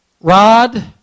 rod